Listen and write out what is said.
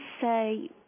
say